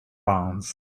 bonds